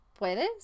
¿puedes